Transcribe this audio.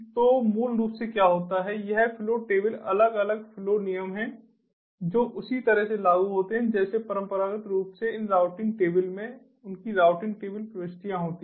तो मूल रूप से क्या होता है यह फ्लो टेबल अलग अलग फ्लो नियम हैं जो उसी तरह से लागू होते हैं जैसे परंपरागत रूप से इन राउटिंग टेबल में उनकी राउटिंग टेबल प्रविष्टियां होती हैं